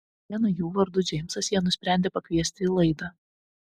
vieną jų vardu džeimsas jie nusprendė pakviesti į laidą